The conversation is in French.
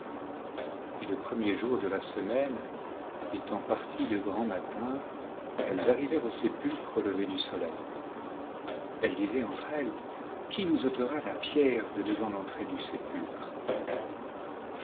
et le premier jour de la semaine étant parties de grand matin elles arrivèrent au sépulcre au lever du soleil elle disait entre elles qui nous ôtera la pierre de devant l'entrée du sépulcre